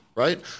right